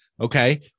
Okay